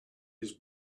his